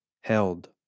held